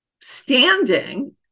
standing